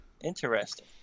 Interesting